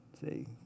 See